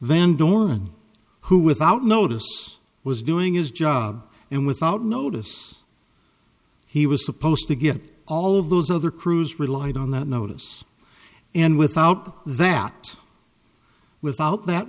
van doren who without notice was doing his job and without notice he was supposed to get all of those other crews relied on that notice and without that without that